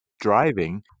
driving